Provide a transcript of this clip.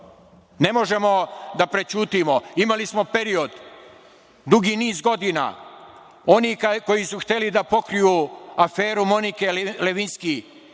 Ne možemo da prećutimo. Imali smo period, dugi niz godina oni koji su hteli da pokriju aferu Monike Levinski,